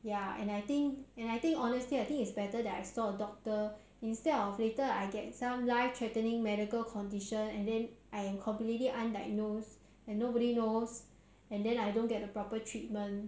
ya and I think and I think honestly I think it's better that I saw a doctor instead of later I get some life threatening medical conditions and then I am completely undiagnosed and nobody knows and then I don't get the proper treatment